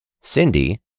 Cindy